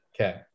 okay